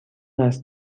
است